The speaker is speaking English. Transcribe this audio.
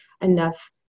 enough